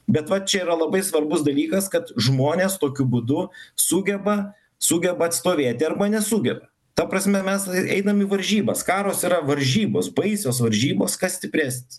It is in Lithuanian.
be vat čia yra labai svarbus dalykas kad žmonės tokiu būdu sugeba sugeba atstovėti dirba nesugeba ta prasme mes einam į varžybas karos yra varžybos baisios varžybos kas stipresnis